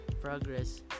progress